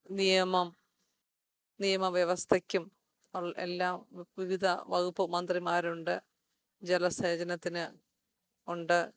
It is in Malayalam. നിയമം നിയമവ്യവസ്ഥയ്ക്കും എല്ലാം വിവിധ വകുപ്പ് മന്ത്രിമാരുണ്ട് ജലസേചനത്തിന് ഉണ്ട്